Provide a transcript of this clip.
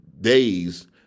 days